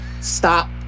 Stop